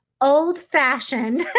old-fashioned